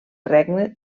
regne